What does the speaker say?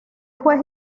juez